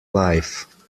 life